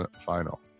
final